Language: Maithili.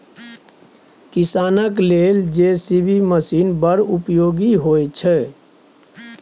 किसानक लेल जे.सी.बी मशीन बड़ उपयोगी होइ छै